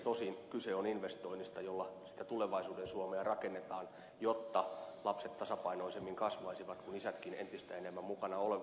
tosin kyse on investoinnista jolla sitä tulevaisuuden suomea rakennetaan jotta lapset tasapainoisemmin kasvaisivat kun isätkin entistä enemmän mukana olisivat